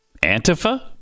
Antifa